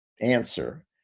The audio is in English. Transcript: answer